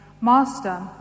Master